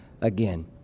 again